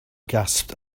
gasped